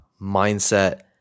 Mindset